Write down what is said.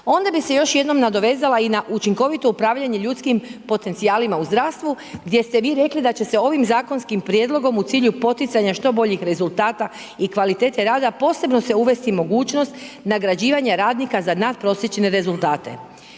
Ovdje bi se još jednom nadovezala i na učinkovito upravljanje ljudskim potencijalima u zdravstvu, gdje ste vi rekli da će se ovim zakonskim prijedlogom u cilju poticanja što boljih rezultata i kvalitete rada posebno se uvesti mogućnost nagrađivanja radnika za natprosječne rezultate.